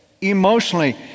emotionally